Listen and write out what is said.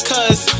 Cause